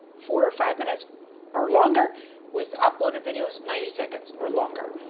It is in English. four or five minutes or longer with uploaded videos ninety seconds or longer.